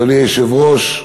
אדוני היושב-ראש,